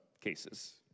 cases